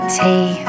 tea